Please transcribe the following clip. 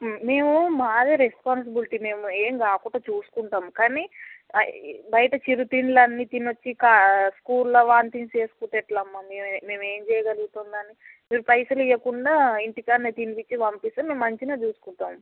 మేము బాగా రెస్పాన్సిబిలిటీ మేము ఏం కాకుండా చూసుకుంటాం కానీ బయట చిరు తిండ్లు అన్నీ తిని వచ్చి కా స్కూల్లో వాంతింగ్స్ చేసుకుంటే ఎట్లామ్మా మేము ఏమి చేయగలుగుతాం దాన్ని మీరు పైసలు ఇవ్వకుండా ఇంటి కాడనే తినిపిచ్చి పంపిస్తే మేము మంచిగా చూసుకుంటాం